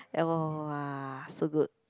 wow so good